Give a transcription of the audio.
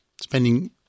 spending